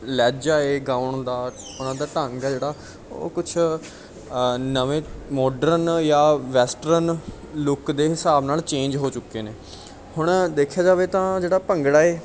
ਲਹਿਜਾ ਹੈ ਗਾਉਣ ਦਾ ਉਹਨਾਂ ਦਾ ਢੰਗ ਹੈ ਜਿਹੜਾ ਉਹ ਕੁਛ ਨਵੇਂ ਮੋਡਰਨ ਜਾਂ ਵੈਸਟਰਨ ਲੁੱਕ ਦੇ ਹਿਸਾਬ ਨਾਲ ਚੇਂਜ ਹੋ ਚੁੱਕੇ ਨੇ ਹੁਣ ਦੇਖਿਆ ਜਾਵੇ ਤਾਂ ਜਿਹੜਾ ਭੰਗੜਾ ਹੈ